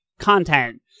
content